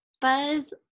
Buzz